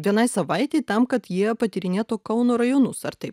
vienai savaitei tam kad jie patyrinėtų kauno rajonus ar taip